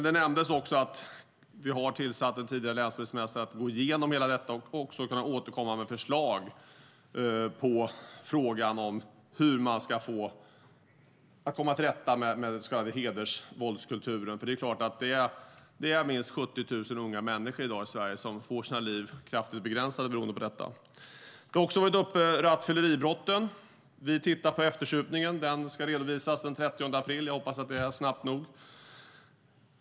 Det nämndes också att vi har tillsatt den tidigare länspolismästaren för att gå igenom allt detta och kunna återkomma med förslag på frågan om hur man ska kunna komma till rätta med den så kallade hedersvåldskulturen. Det är minst 70 000 unga människor i Sverige i dag som får sina liv kraftigt begränsade beroende på detta. Rattfylleribrotten har också varit uppe. Vi tittar på eftersupningen. Det ska bli en redovisning den 30 april. Jag hoppas att det är snabbt nog.